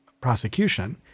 prosecution